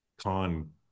con